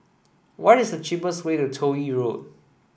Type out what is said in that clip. what is the cheapest way to Toh Yi Road